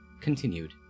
continued